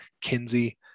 Kinsey